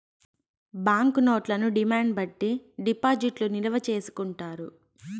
bank నోట్లను demand బట్టి డిపాజిట్లు నిల్వ చేసుకుంటారు